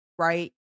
Right